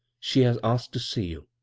she has asked to see you.